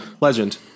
legend